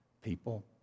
people